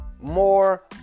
more